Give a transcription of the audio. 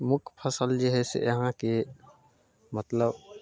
मुख्य फसल जे हइ से यहाँके मतलब